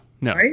no